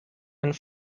and